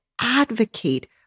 advocate